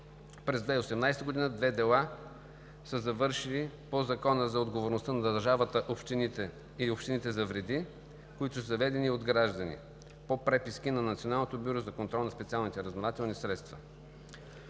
През 2018 г. две дела са завършили по Закона за отговорността на държавата и общините за вреди, които са заведени от граждани, по преписки на Националното бюро за контрол на специалните разузнавателни средства.